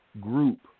group